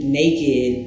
naked